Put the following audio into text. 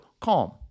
CALM